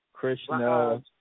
Krishna